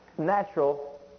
Natural